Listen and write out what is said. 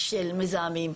מזהמים.